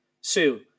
Sue